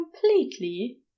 completely